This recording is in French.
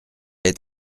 est